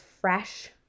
fresh